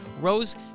Rose